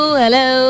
hello